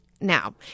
Now